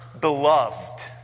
beloved